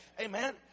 Amen